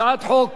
הצעת חוק